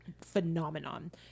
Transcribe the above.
phenomenon